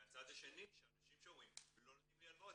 מהצד השני שאנשים שאומרים "לא נותנים לי הלוואות"